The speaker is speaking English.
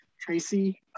Tracy